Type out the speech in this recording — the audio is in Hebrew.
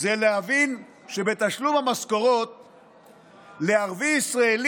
זה להבין שבתשלום המשכורות לערבי-ישראלי,